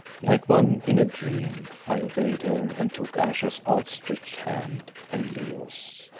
like one in a dream i obeyed her and took ayesha's outstretched hand and leo's.